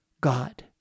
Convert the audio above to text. God